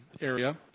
area